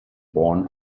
born